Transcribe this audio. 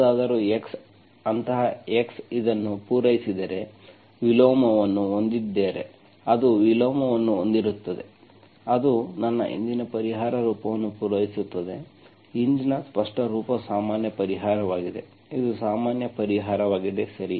ಯಾವುದಾದರೂ x ಅಂತಹ x ಇದನ್ನು ಪೂರೈಸಿದರೆ ವಿಲೋಮವನ್ನು ಹೊಂದಿದ್ದರೆ ಅದು ವಿಲೋಮವನ್ನು ಹೊಂದಿರುತ್ತದೆ ಅದು ನನ್ನ ಹಿಂದಿನ ಪರಿಹಾರ ರೂಪವನ್ನು ಪೂರೈಸುತ್ತದೆ ಹಿಂದಿನ ಸ್ಪಷ್ಟ ರೂಪ ಸಾಮಾನ್ಯ ಪರಿಹಾರವಾಗಿದೆ ಇದು ಸಾಮಾನ್ಯ ಪರಿಹಾರವಾಗಿದೆ